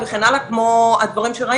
לא, אין לי אפשרות כזאת.